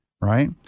right